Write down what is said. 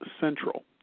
Central